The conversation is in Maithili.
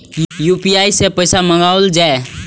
यू.पी.आई सै पैसा मंगाउल जाय?